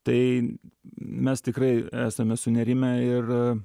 tai mes tikrai esame sunerimę ir